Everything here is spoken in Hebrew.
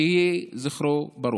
יהי זכרו ברוך.